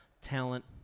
talent